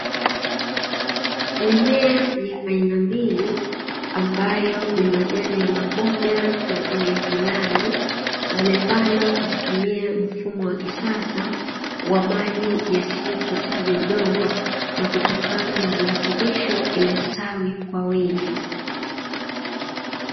Mimea ya aina mbili ambayo ni majani ya maboga na giligilani zimepandwa kwa kutumia mfumo wa kisasa wa maji yasiyohitaji udongo na kutokana na virutubisho imestawi kwa wingi.